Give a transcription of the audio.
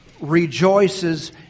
rejoices